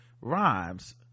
Rhymes